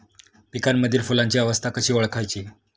पिकांमधील फुलांची अवस्था कशी ओळखायची?